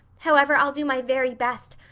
however, i'll do my very best.